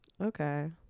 okay